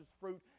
fruit